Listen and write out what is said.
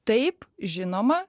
taip žinoma